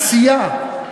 עשייה,